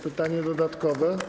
Pytanie dodatkowe?